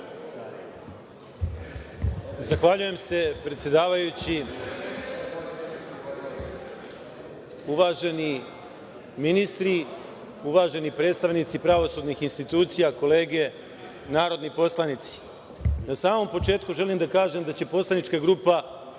Zahvaljujem se predsedavajući, uvaženi ministri, uvaženi predstavnici pravosudnih institucija, kolege narodni poslanici. Na samom početku želeo bih da kažem da će poslanička grupa